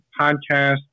podcast